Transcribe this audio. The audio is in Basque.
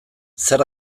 zer